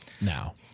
now